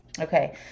okay